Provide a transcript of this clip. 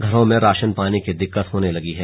घरों में राशन पानी की दिक्कत होने लगी है